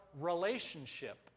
relationship